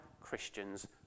Christians